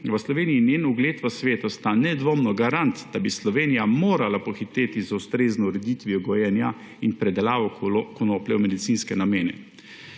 v Sloveniji in njen ugled v svetu sta nedvomno garant, da bi Slovenija morala pohiteti z ustrezno ureditvijo gojenja in predelave konoplje v medicinske namene.